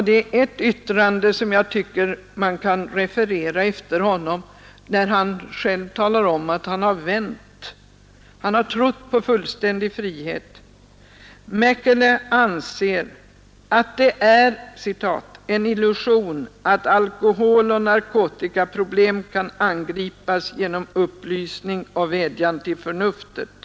Det är ett yttrande av honom som jag tycker att man här kan referera, nämligen det där han själv talar om att han har vänt. Han har trott på fullständig frihet, men nu anser Mäkelä att det är ”en illusion att alkoholoch narkotikaproblem kan angripas genom upplysning och vädjan till förnuftet”.